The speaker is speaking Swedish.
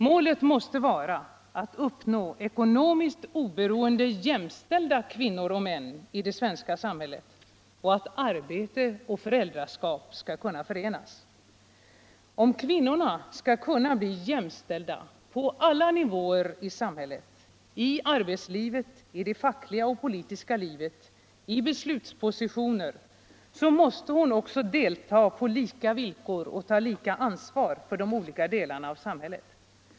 Målet måste vara att få ekonomiskt oberoende, jämstiällda kvinnor och män I det svenska samhätlltet och att arbete och föräldraskap skall kunna förenas. Om kvinnorna skall kunna bli jämställda på alla nivåer i samhället, i arbetslivet, i det fackliga och politiska livet, i beslutspositionerna, måste de också delta på lika villkor och ta lika ansvar för de skilda delarna av samhället.